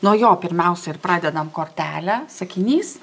nuo jo pirmiausia ir pradedam kortelę sakinys